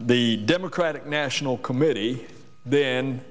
the democratic national committee then